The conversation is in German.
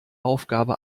aufgabe